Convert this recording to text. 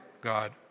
God